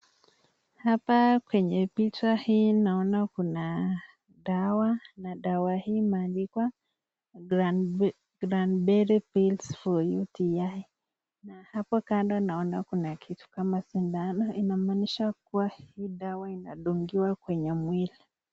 Hapa kwenye picha hii naona kuna dawa na dawa hii imendikwa Cranberry pills for UTI . Na hapo kando kuna kitu kama sindano. Inamaanisha kuwa hii dawa inadungiwa kwenye mwili.